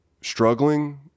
struggling